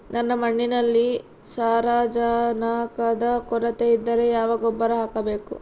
ನನ್ನ ಮಣ್ಣಿನಲ್ಲಿ ಸಾರಜನಕದ ಕೊರತೆ ಇದ್ದರೆ ಯಾವ ಗೊಬ್ಬರ ಹಾಕಬೇಕು?